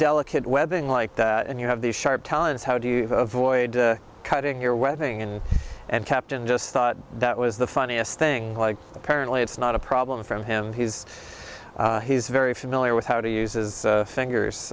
delicate webbing like that and you have these sharp talons how do you avoid cutting your wedding in and captain just thought that was the funniest thing like apparently it's not a problem from him he's he's very familiar with how to use his fingers